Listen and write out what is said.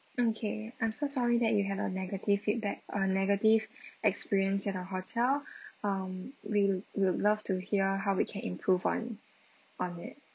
okay I'm so sorry that you had a negative feedback a negative experience at our hotel um we we'll love to hear how we can improve on on it